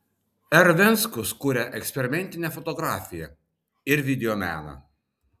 r venckus kuria eksperimentinę fotografiją ir videomeną